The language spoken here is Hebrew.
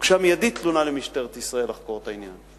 הוגשה מייד תלונה על-ידי המשרד למשטרת ישראל לחקור את העניין.